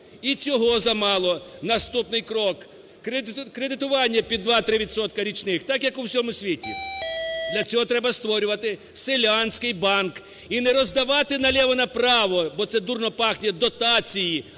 І цього замало, наступний крок – кредитування під 2-3 відсотки річних, так як у всьому світі. Для цього треба створювати селянський банк і не роздавати на ліво, на право, бо це дурно пахне, дотації,